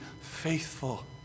faithful